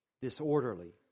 disorderly